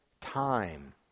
time